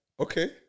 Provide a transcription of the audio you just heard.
Okay